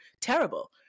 terrible